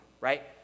right